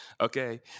Okay